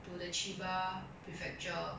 to the chiba prefecture